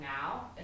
now